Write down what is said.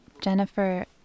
Jennifer